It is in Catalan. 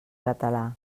català